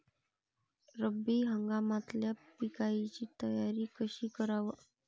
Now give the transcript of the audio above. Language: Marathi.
रब्बी हंगामातल्या पिकाइची तयारी कशी कराव?